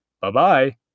Bye-bye